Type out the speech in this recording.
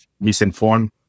misinformed